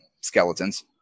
skeletons